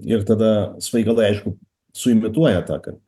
ir tada svaigalai aišku suimituoja tą kad